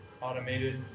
automated